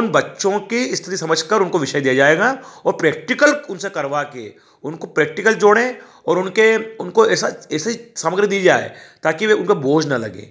उन बच्चों की स्थिति समझकर उनको विषय दिया जाएगा और प्रैक्टिकल उनसे करवा के उनको प्रैक्टिकल जोड़ें और उनके उनको ऐसा ऐसे ही सामग्री दी जाए ताकि वे उनको बोझ न लगे